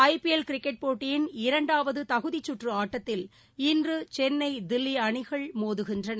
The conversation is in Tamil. ஐ பி எல் கிரிகேட் போட்டியில் இரண்டாவது தகுதிச்சுற்று ஆட்டத்தில் இன்று சென்னை தில்லி அணிகள் மோதுகின்றன